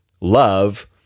love